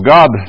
God